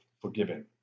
forgiving